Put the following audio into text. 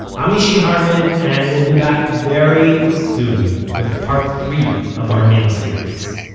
i'm mishy harman, and we'll be back very soon with part three of our mini-series,